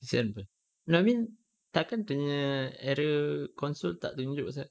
kasihan apa no I mean tak akan dia punya error console tak tunjuk apa pasal